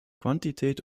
quantität